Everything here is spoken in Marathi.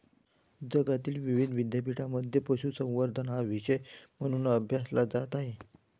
जगातील विविध विद्यापीठांमध्ये पशुसंवर्धन हा विषय म्हणून अभ्यासला जात आहे